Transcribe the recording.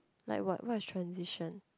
like what what is transition